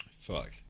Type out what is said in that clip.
fuck